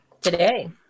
today